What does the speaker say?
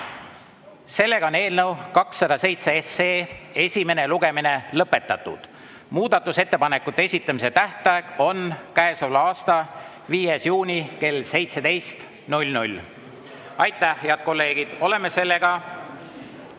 Sellega on eelnõu 207 esimene lugemine lõpetatud. Muudatusettepanekute esitamise tähtaeg on käesoleva aasta 5. juuni kell 17. Aitäh, head kolleegid! Oleme kolmanda